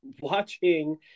watching